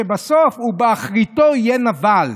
שבסוף "ובאחריתו יהיה נבל".